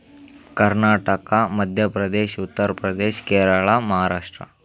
Karnataka Madhya Pradesh Uttar Pradesh Kerala Maharashtra